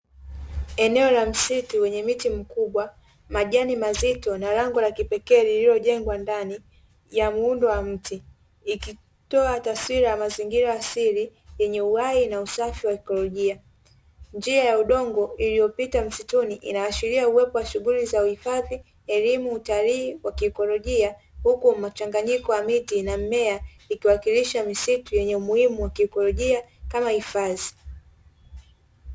Eneo la msitu wenye mti mkubwa, majani mazito na lango la kipekee; lililojengwa ndani ya muundo wa mti ikitoa taswira ya mazingira asili yenye uhai na usafi wa ekeolojia. Njia ya udongo iliyopita msituni inaashiria uwepo wa shughuli za uhifadhi, elimu, utalii wa kiekolojia; huku mchanganyiko wa miti na mimea ikiwakilisha misitu yenye umuhimu wa kiekolojia kama hifadhi.